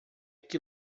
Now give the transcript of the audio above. que